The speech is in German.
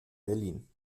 berlin